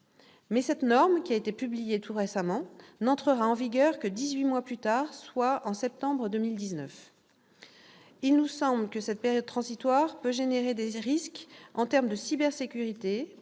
Mais cette norme, qui a été publiée tout récemment, n'entrera en vigueur que 18 mois plus tard, soit en septembre 2019. Il nous semble que cette période transitoire peut engendrer des risques en termes de cybersécurité